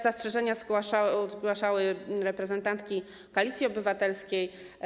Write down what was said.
Zastrzeżenia zgłaszały też reprezentantki Koalicji Obywatelskiej.